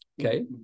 Okay